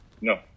No